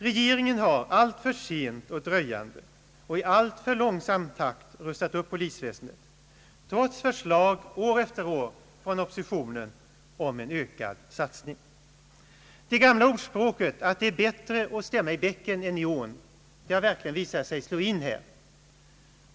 Regeringen har alltför sent och dröjande och i alltför långsam takt rustat upp polisväsendet, trots förslag år efter år från oppositionen om en ökad satsning. Det gamla ordspråket att det är bättre att stämma i bäcken än i ån har verkligen visat sig slå in här.